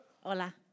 Hola